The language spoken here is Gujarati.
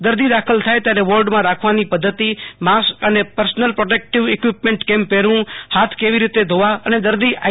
દ ર્દી દાખલ થાય ત્યારે વોર્ડમાં રાખવાની પધ્ધતિ માસ અને પર્સનલ પ્રોટેકટીવ ઈકવીપમેન્ટ કેમ પહેરવું હાથ કેવી રીતે ધોવા અને દર્દી આઈ